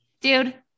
dude